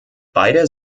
beide